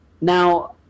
Now